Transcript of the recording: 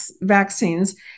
vaccines